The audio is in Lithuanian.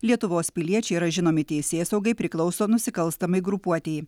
lietuvos piliečiai yra žinomi teisėsaugai priklauso nusikalstamai grupuotei